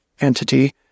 entity